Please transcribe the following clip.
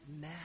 now